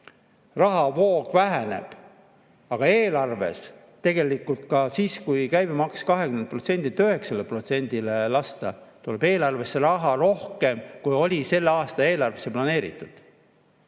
rahavoog väheneb. Aga eelarves, tegelikult ka siis, kui käibemaks 20%-lt 9%-le lasta, tuleb eelarvesse raha rohkem, kui oli selle aasta eelarvesse planeeritud.